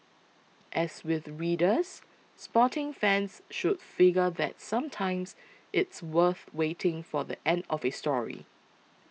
as with readers sporting fans should figure that sometimes it's worth waiting for the end of a story